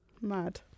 mad